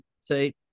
say